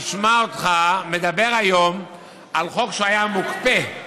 מדבר היום על חוק שהיה מוקפא,